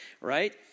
right